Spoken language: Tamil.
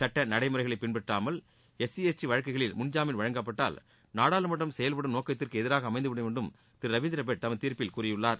சுட்ட நடைமுறைகளை பின்பற்றாமல் எஸ்சி எஸ்டி வழக்குகளில் முன்ஜாமீன் வழங்கப்பட்டால் நாடாளுமன்றம் செயல்படும் நோக்கத்திற்கு எதிராக அமைந்திவிடும் என்று திரு ரவிந்திரபட் தமது தீர்ப்பில் கூறியுள்ளார்